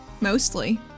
Mostly